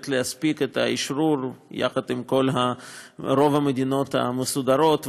להספיק את האשרור יחד עם רוב המדינות המסודרות,